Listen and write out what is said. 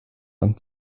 and